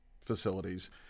facilities